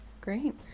Great